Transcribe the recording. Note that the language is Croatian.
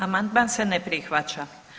Amandman se ne prihvaća.